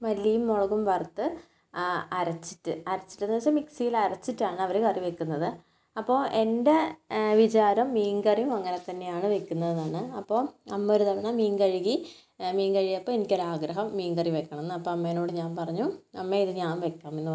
മല്ലിയും മുളകും വറുത്ത് അരച്ചിട്ട് അരച്ചിട്ട് എന്നുവെച്ചാൽ മിക്സിയിൽ അരച്ചിട്ടാണ് അവർ കറി വെക്കുന്നത് അപ്പോൾ എന്റെ വിചാരം മീൻകറിയും അങ്ങനെ തന്നെയാണ് വെക്കുന്നതെന്നാണ് അപ്പോൾ അമ്മ ഒരുതവണ മീൻ കഴുകി മീൻ കഴുകിയപ്പോൾ എനിക്ക് ഒരു ആഗ്രഹം മീൻകറി വെക്കണമെന്ന് അപ്പോൾ അമ്മേനോട് ഞാൻ പറഞ്ഞു അമ്മേ ഇത് ഞാൻ വെയ്ക്കാമെന്നു ഞാൻ പറഞ്ഞു